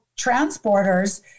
transporters